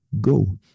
go